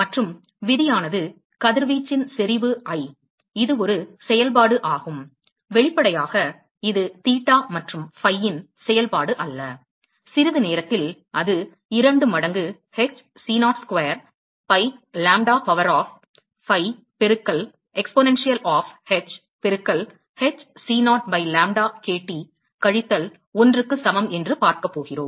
மற்றும் விதியானது கதிர்வீச்சின் செறிவு I இது ஒரு செயல்பாடு ஆகும் வெளிப்படையாக இது தீட்டா மற்றும் ஃபையின் செயல்பாடு அல்ல சிறிது நேரத்தில் அது 2 மடங்கு h c0 square by lambda power of five பெருக்கல் எக்ஸ்போர்ன்என்சியல் ஆப் h பெருக்கல் h c0 by lambda KT கழித்தல் 1 இக்கு சமம் என்று பார்க்கப் போகிறோம்